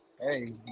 hey